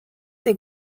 des